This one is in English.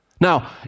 Now